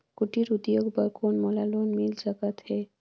कुटीर उद्योग बर कौन मोला लोन मिल सकत हे?